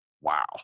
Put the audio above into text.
Wow